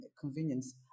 convenience